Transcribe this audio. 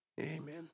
Amen